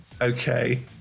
Okay